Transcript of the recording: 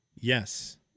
Yes